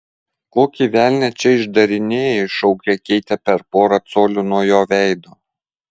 kokį velnią čia išdarinėji šaukė keitė per porą colių nuo jo veido